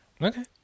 Okay